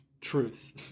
truth